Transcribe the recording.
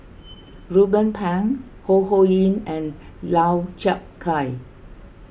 Ruben Pang Ho Ho Ying and Lau Chiap Khai